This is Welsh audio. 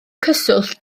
cyswllt